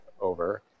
over